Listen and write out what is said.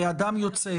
אדם יוצא,